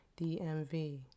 DMV